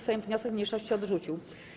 Sejm wniosek mniejszości odrzucił.